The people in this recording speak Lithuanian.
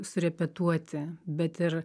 surepetuoti bet ir